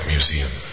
Museum